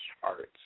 charts